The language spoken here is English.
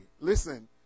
Listen